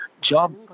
Job